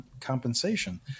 compensation